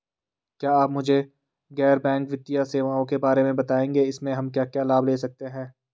क्या आप मुझे गैर बैंक वित्तीय सेवाओं के बारे में बताएँगे इसमें हम क्या क्या लाभ ले सकते हैं?